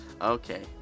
Okay